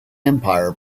empire